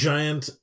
Giant